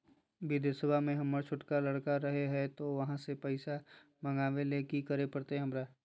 बिदेशवा में हमर छोटका लडकवा रहे हय तो वहाँ से पैसा मगाबे ले कि करे परते हमरा?